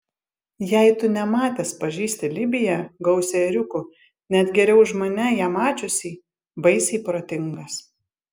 jei tu nematęs pažįsti libiją gausią ėriukų net geriau už mane ją mačiusį baisiai protingas